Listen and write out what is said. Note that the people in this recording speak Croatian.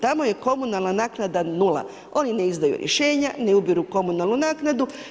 Tamo je komunalna naknada nula, oni ne izdaju rješenja, ne ubiru komunalnu naknadu.